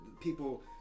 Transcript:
people